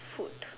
food